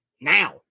now